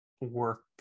work